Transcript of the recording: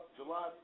July